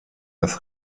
das